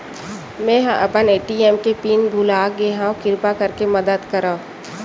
मेंहा अपन ए.टी.एम के पिन भुला गए हव, किरपा करके मदद करव